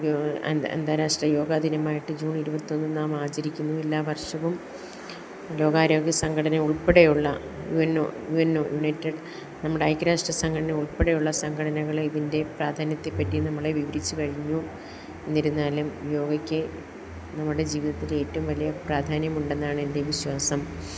അന്താരാഷ്ട്ര യോഗ ദിനമായിട്ട് ജൂൺ ഇരുപത്തൊന്ന് നാം ആചരിക്കുന്നു എല്ലാ വർഷവും ലോകാരോഗ്യ സംഘടന ഉൽപ്പെടെ ഉള്ള വിന്നൊ വിന്നൊ യുണൈറ്റഡ് നമ്മുടെ ഐക്യരാഷ്ട്ര സംഘടന ഉള്പ്പെടെ ഉള്ള സംഘടനകൾ ഇതിൻ്റെ പ്രാധാന്യത്തെപ്പറ്റി നമ്മളെ വിവരിച്ച് കഴിഞ്ഞു എന്നിരുന്നാലും യോഗയ്ക്ക് നമ്മുടെ ജീവിതത്തിലെ ഏറ്റവും വലിയ പ്രാധാന്യമുണ്ടെന്നാണ് എൻ്റെ വിശ്വാസം